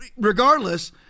regardless